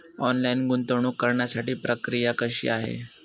Online गुंतवणूक करण्यासाठी प्रक्रिया कशी आहे?